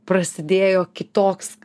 prasidėjo kitoks